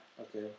Okay